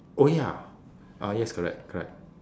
oh ya ah yes correct correct